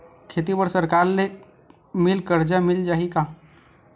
खेती बर सरकार ले मिल कर्जा मिल जाहि का?